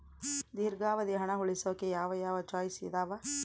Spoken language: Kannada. ದೇರ್ಘಾವಧಿ ಹಣ ಉಳಿಸೋಕೆ ಯಾವ ಯಾವ ಚಾಯ್ಸ್ ಇದಾವ?